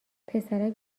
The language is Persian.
پسرک